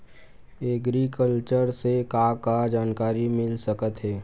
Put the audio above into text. Agriculture से का का जानकारी मिल सकत हे?